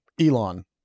Elon